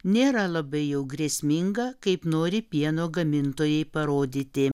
nėra labai jau grėsminga kaip nori pieno gamintojai parodyti